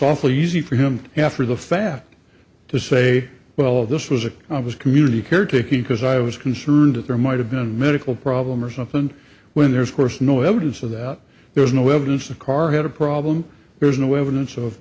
awfully easy for him after the fact to say well this was a i was community care taking because i was concerned that there might have been medical problem or something when there's course no evidence of that there was no evidence the car had a problem there is no evidence of